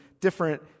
different